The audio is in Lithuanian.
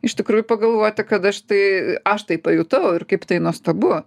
iš tikrųjų pagalvoti kad aš tai aš tai pajutau ir kaip tai nuostabu